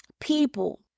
people